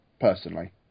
personally